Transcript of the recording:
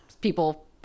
people